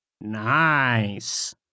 Nice